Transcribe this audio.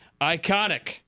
ICONIC